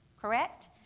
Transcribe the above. correct